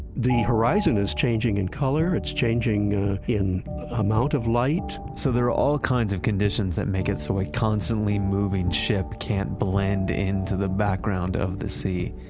the horizon is changing in color. it's changing in amount of light, so there are all kinds of conditions that make it so a constantly moving ship can blend into the background of the sea.